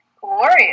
Glorious